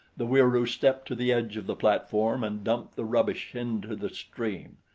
the wieroo stepped to the edge of the platform and dumped the rubbish into the stream.